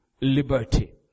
liberty